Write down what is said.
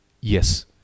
Yes